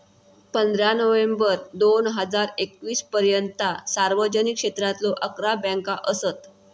पंधरा नोव्हेंबर दोन हजार एकवीस पर्यंता सार्वजनिक क्षेत्रातलो अकरा बँका असत